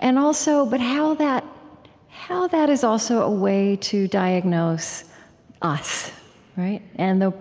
and also but how that how that is also a way to diagnose us and the